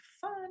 fun